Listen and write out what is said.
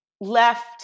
left